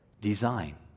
design